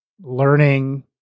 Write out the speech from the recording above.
learning